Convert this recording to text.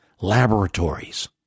laboratories